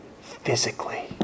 physically